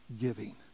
giving